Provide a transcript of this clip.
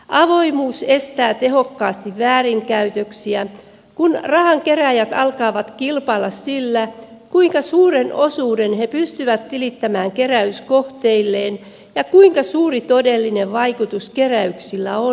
avoimuus estää tehokkaasti väärinkäytöksiä kun rahankerääjät alkavat kilpailla sillä kuinka suuren osuuden he pystyvät tilittämään keräyskohteilleen ja kuinka suuri todellinen vaikutus keräyksillä on